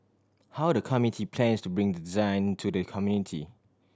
how the committee plans to bring design to the community